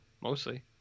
Mostly